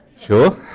Sure